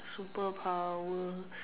superpower